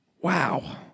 Wow